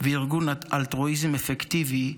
וארגון אלטרואיזם אפקטיבי,